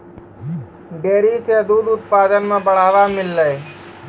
dairy सें दूध उत्पादन म बढ़ावा मिललय